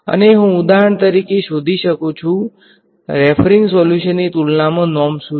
અને હું ઉદાહરણ તરીકે શોધી શકું છું રેફરિંગ સોલ્યુશનની તુલનામાં નોર્મ શું છે